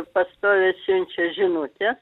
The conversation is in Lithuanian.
pastoviai siunčia žinutę